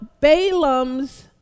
Balaam's